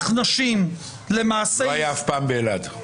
הוא לא היה אף פעם באלעד.